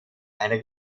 einer